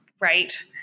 right